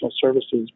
services